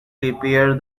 repair